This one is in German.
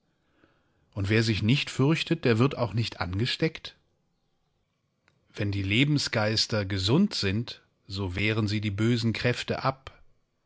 und wer sich nicht fürchtet der wird auch nicht angesteckt wenn die lebensgeister gesund sind so wehren sie die bösen kräfte ab